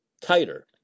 tighter